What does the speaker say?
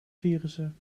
virussen